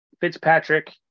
Fitzpatrick